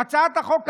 "הצעת החוק,